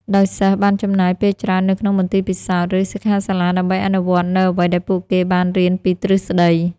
ដោយសិស្សបានចំណាយពេលច្រើននៅក្នុងមន្ទីរពិសោធន៍ ឬសិក្ខាសាលាដើម្បីអនុវត្តនូវអ្វីដែលពួកគេបានរៀនពីទ្រឹស្តី។